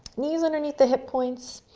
knees underneath the hip points.